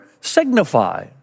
signify